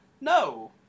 No